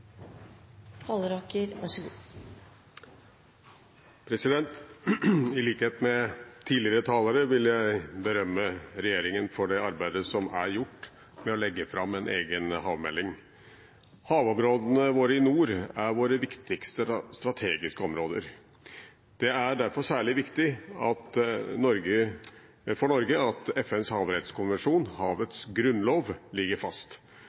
I likhet med tidligere talere vil jeg berømme regjeringen for det arbeidet som er gjort for å kunne legge fram en egen havmelding. Havområdene våre i nord er våre viktigste strategiske områder. Det er derfor særlig viktig for Norge at FNs havrettskonvensjon – havets grunnlov – ligger fast.